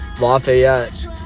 Lafayette